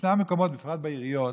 ישנם מקומות, בפרט בעיריות,